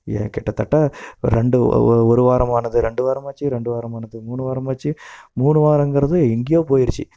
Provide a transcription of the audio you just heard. கிட்ட தட்ட ஒரு ரெண்டு ஒரு வாரமானது ரெண்டு வாரம் ஆச்சு ரெண்டு வாரம் ஆனது மூணு வாரம் ஆச்சு மூணு வாரம்ங்கிறது எங்கேயோ போயிடுச்சு